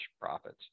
profits